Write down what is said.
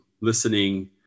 listening